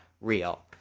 real